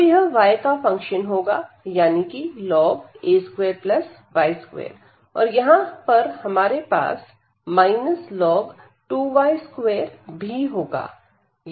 तो यह y का फंक्शन होगा यानी कि a2y2 और यहां पर हमारे पास भी होगा